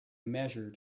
measure